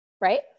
right